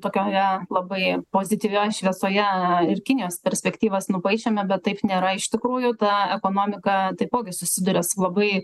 tokioje labai pozityvioj šviesoje ir kinijos perspektyvas nupaišėme bet taip nėra iš tikrųjų ta ekonomika taipogi susiduria su labai